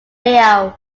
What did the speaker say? leo